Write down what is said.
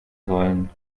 sollen